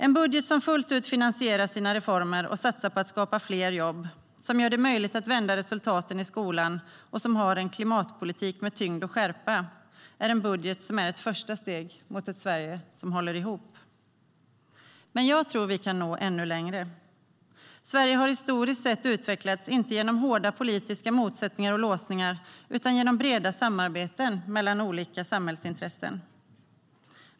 En budget som fullt ut finansierar sina reformer och satsar på att skapa fler jobb, som gör det möjligt att vända resultaten i skolan och som har en klimatpolitik med tyngd och skärpa är en budget som utgör ett första steg mot ett Sverige som håller ihop. Men jag tror att vi kan nå ännu längre. Sverige har historiskt sett utvecklats inte genom hårda politiska motsättningar och låsningar, utan genom breda samarbeten mellan olika samhällsintressen.